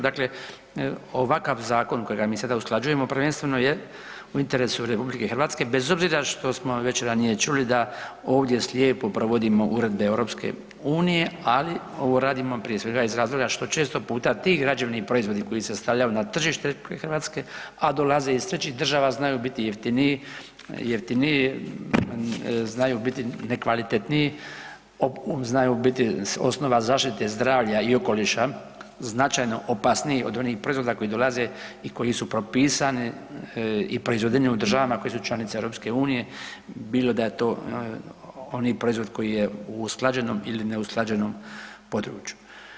Dakle, ovakav zakon kojega mi sada usklađujemo prvenstveno je u interesu Republike Hrvatske bez obzira što smo već ranije čuli da ovdje slijepo provodimo uredbe Europske unije, ali ovo radimo prije svega iz razloga što često puta ti građevni proizvodi koji se stavljaju na tržište Hrvatske a dolaze iz trećih država znaju biti jeftiniji, znaju biti nekvalitetniji, znaju biti osnova zaštite zdravlja i okoliša značajno opasniji od onih proizvoda koji dolaze i koji su propisani i proizvedeni u državama koje su članice Europske unije bilo da da je to onaj proizvod koji je u usklađenom ili neusklađenom području.